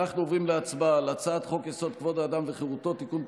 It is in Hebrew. אנחנו עוברים להצבעה על הצעת חוק-יסוד: כבוד האדם וחירותו (תיקון,